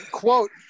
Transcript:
Quote